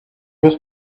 was